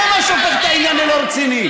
זה מה שהופך את העניין ללא רציני.